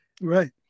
Right